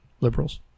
Liberals